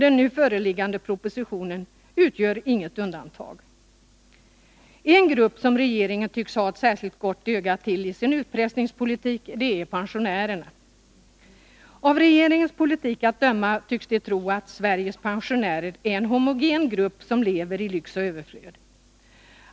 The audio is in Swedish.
Den nu föreliggande propositionen utgör inget undantag. En grupp som regeringen tycks ha ett särskilt gott öga till i sin utpressningspolitik är pensionärerna. Av regeringens politik att döma tycks regeringen tro att Sveriges pensionärer är en homogen grupp, som lever i lyx och överflöd.